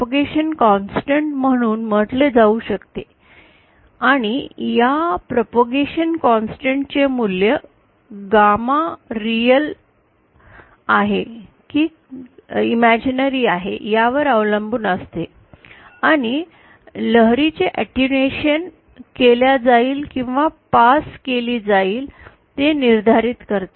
propagation constant म्हणून म्हटले जाऊ शकते आणि या प्रापगैशन कॉन्सेंटेंट चे मूल्य गॅमा वास्तविक आहे की काल्पनिक आहे यावर अवलंबून असते आणि लहरी चे अटेन्यूएशन केल्या जाईल किंवा पास केली जाईल हे निर्धारित करते